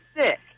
sick